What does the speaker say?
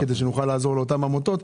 כדי שנוכל לעזור לאותן עמותות,